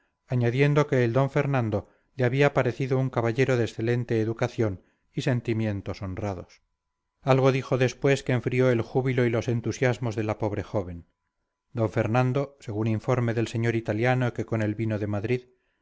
añadiendo que el don fernando le había parecido un caballero de excelente educación y sentimientos honrados algo dijo después que enfrió el júbilo y los entusiasmos de la pobre joven d fernando según informe del señor italiano que con él vino de madrid